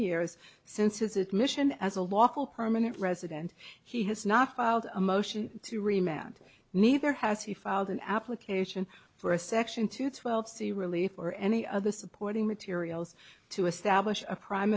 years since his admission as a lawful permanent resident he has not filed a motion to remap and neither has he filed an application for a section two twelve c relief or any other supporting materials to establish a prime